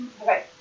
Okay